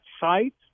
site